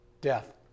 Death